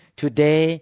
today